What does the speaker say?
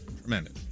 tremendous